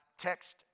text